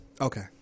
Okay